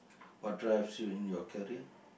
what drives you in your career